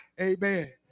Amen